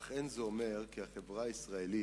אך זה לא אומר שהחברה הישראלית